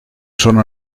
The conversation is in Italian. sono